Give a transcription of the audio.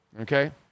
Okay